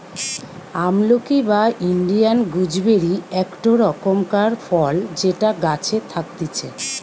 আমলকি বা Indian gooseberry একটো রকমকার ফল যেটা গাছে থাকতিছে